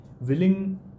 willing